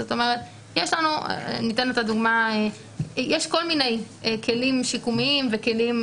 זאת אומרת, יש כל מיני כלים שיקומיים וכלים